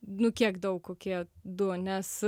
nu kiek daug kokie du nes